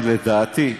לדעתי,